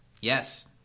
Yes